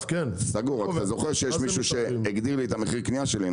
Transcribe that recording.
אתה רק זוכר שיש מישהו שהגדיר לי את מחיר הקניה שלי,